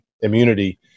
immunity